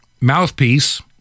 mouthpiece